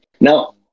Now